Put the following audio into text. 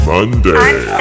Monday